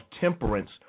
temperance